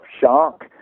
shark